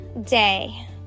day